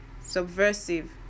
subversive